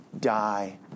die